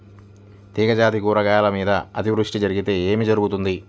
తీగజాతి కూరగాయల మీద అతివృష్టి జరిగితే ఏమి జరుగుతుంది?